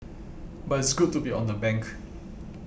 but it's good to be on the bank